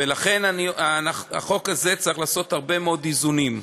ולכן החוק הזה צריך לעשות הרבה מאוד איזונים,